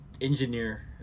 engineer